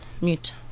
mute